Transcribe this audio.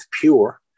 pure